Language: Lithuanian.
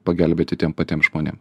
pagelbėti tiem patiem žmonėm